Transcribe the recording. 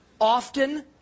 Often